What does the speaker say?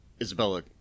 Isabella